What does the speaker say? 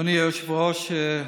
אדוני היושב-ראש,